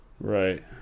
Right